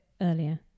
earlier